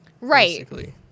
Right